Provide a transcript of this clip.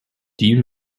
you